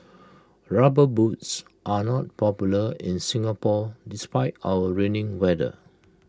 rubber boots are not popular in Singapore despite our rainy weather